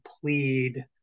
plead